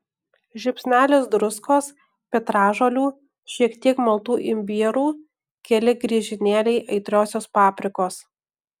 žiupsnelis druskos petražolių šiek tiek maltų imbierų keli griežinėliai aitriosios paprikos